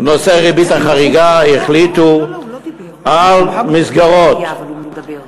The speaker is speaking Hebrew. בנושא הריבית החריגה החליטו על מסגרות.